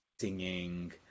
singing